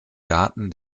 garten